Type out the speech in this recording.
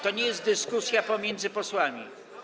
To nie jest dyskusja pomiędzy posłami.